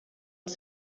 els